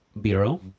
Bureau